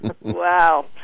Wow